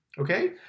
okay